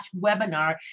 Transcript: webinar